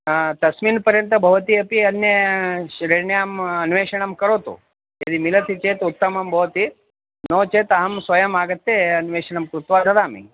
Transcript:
तस्मिन् पर्यन्तं भवती अपि अन्य श्रेण्याम् अन्वेषणं करोतु यदि मिलति चेत् उत्तमं भवति नो चेत् अहं स्वयम् आगत्य अन्वेषणं कृत्वा ददामि